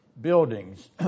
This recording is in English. buildings